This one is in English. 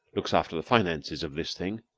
looks after the finances of this thing,